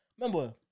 Remember